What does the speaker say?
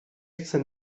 chcę